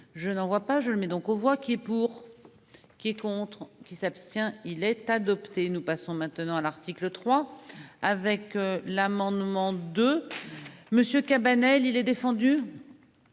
Je n'en vois pas, je le mets donc aux voix qui est pour. Qui est contre qui s'abstient il est adopté. Nous passons maintenant à l'article 3 avec l'amendement de. Monsieur Cabanel il est défendu.